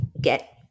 get